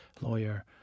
lawyer